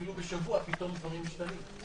אפילו בשבוע פתאום דברים משתנים.